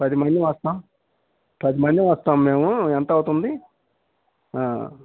పది మంది వస్తాం పది మందిమి వస్తాం మేము ఎంత అవుతుంది